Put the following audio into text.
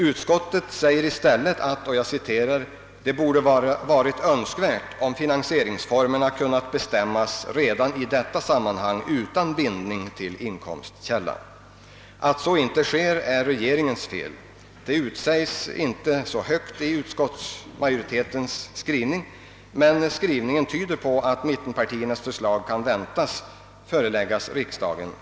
Utskottet skriver i stället: »Enligt utskottets mening skulle det ha varit önskvärt om finansieringsformerna kunnat bestämmas redan i detta sammanhang utan bindning till viss inkomstkälla.» Att så inte sker är regeringens fel. Det utsäges inte klart i utskottets skrivning, men denna tyder på att man kan vänta att mittenpartiernas förslag så småningom föreläggs riksdagen.